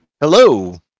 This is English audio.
Hello